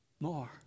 More